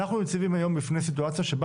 אנחנו ניצבים היום בפני סיטואציה שבה